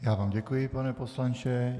Já vám děkuji, pane poslanče.